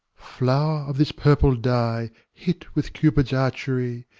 flower of this purple dye, hit with cupid's archery,